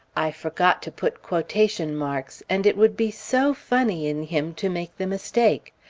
i forgot to put quotation marks, and it would be so funny in him to make the mistake!